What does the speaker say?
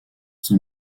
qui